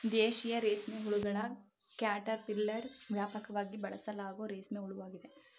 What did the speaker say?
ದೇಶೀಯ ರೇಷ್ಮೆಹುಳುಗಳ ಕ್ಯಾಟರ್ಪಿಲ್ಲರ್ ವ್ಯಾಪಕವಾಗಿ ಬಳಸಲಾಗೋ ರೇಷ್ಮೆ ಹುಳುವಾಗಿದೆ